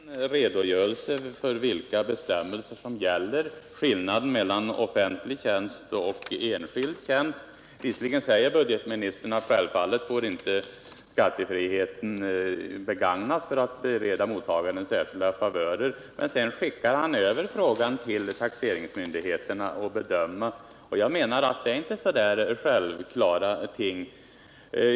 Herr talman! Svaret är ju framför allt en redogörelse för vilka bestämmelser som gäller och för skillnaden mellan offentlig tjänst och enskild tjänst. Visserligen säger budgetministern att självfallet får inte skattefriheten begagnas för att bereda mottagaren särskilda favörer, men sedan skickar han över frågan till taxeringsmyndigheterna att bedöma, och jag anser att det är inte så självklara ting.